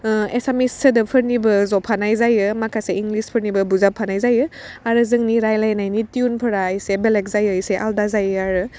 ओह एसामिस सोदोबफोरनिबो जफानाय जायो माखासे इंग्लिसफोरनिबो बुजाबनाय जायो आरो जोंनि रायलायनायनि टिउनफोरा एसे बेलेग जायो एसे आलदा जायो आरो